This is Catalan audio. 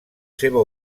seva